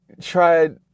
tried –